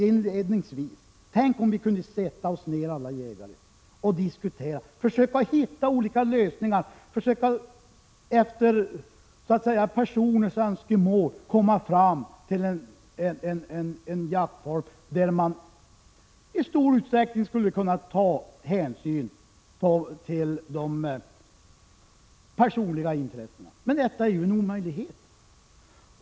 Inledningsvis sade jag: Tänk om alla jägare kunde sätta sig ned och diskutera, försöka hitta olika lösningar och efter personliga önskemål komma fram till en jaktform, där man i stor utsträckning skulle kunna ta hänsyn till de personliga intressena. Det är dock en omöjlighet.